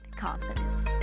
confidence